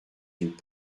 yeux